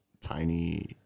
tiny